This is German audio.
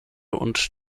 und